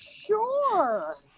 sure